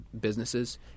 businesses